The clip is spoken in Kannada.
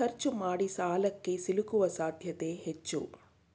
ಖರ್ಚು ಮಾಡಿಸಾಲಕ್ಕೆ ಸಿಲುಕುವ ಸಾಧ್ಯತೆ ಹೆಚ್ಚು